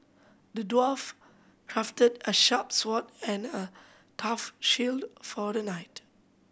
the dwarf crafted a sharp sword and a tough shield for the knight